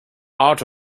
art